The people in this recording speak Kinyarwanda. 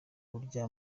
burya